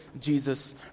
Jesus